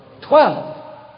Twelve